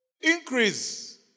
Increase